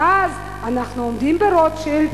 ואז אנחנו עומדים ברוטשילד,